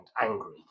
angry